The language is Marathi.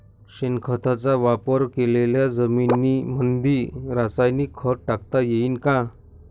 शेणखताचा वापर केलेल्या जमीनीमंदी रासायनिक खत टाकता येईन का?